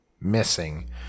missing